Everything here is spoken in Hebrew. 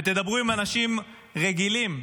דברו עם אנשים רגילים,